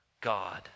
God